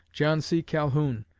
john c. calhoun,